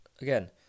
Again